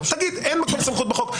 אז תגיד אין מקור סמכות בחוק.